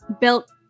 built